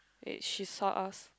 age she saw us